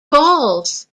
falls